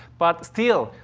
but still,